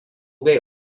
bei